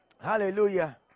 Hallelujah